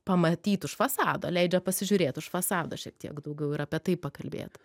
pamatyt už fasado leidžia pasižiūrėt už fasado šiek tiek daugiau ir apie tai pakalbėt